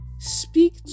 Speak